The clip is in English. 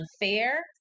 unfair